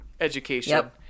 education